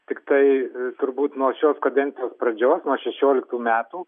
tiktai turbūt nuo šios kadencijos pradžios nuo šešioliktų metų